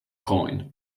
coin